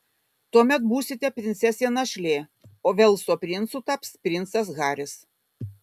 tuomet būsite princesė našlė o velso princu taps princas haris